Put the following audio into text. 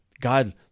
God